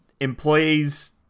employees